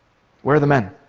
where are the men?